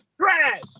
trash